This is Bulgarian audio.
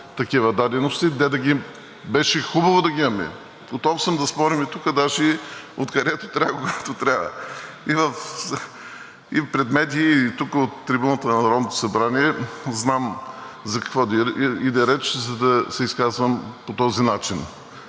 такива дадености – беше хубаво да ги имаме. Готов съм да спорим и тук, даже където трябва, когато трябва и пред медии, и тук, от трибуната на Народното събрание. Знам за какво иде реч, за да се изказвам по този начин.